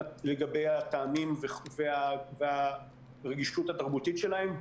לגבי הטעמים והרגישות התרבותית שלהם.